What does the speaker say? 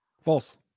False